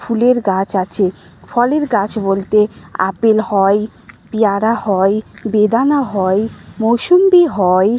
ফুলের গাছ আছে ফলের গাছ বলতে আপেল হয় পেয়ারা হয় বেদানা হয় মোসম্বি হয়